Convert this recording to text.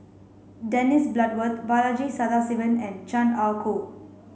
Dennis Bloodworth Balaji Sadasivan and Chan Ah Kow